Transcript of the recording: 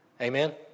Amen